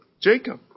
Jacob